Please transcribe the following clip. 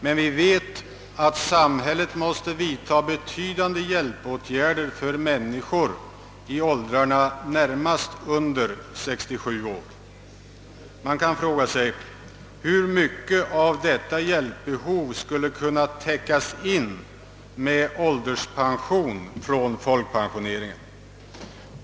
Men vi vet att samhället måste vidtaga betydande hjälpåtgärder för människor i åldrarna närmast under 67 år. Man kan fråga sig: Hur mycket av detta hjälpbehov skulle kunna täckas in med ålderspension från folkpensioneringen?